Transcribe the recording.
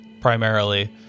primarily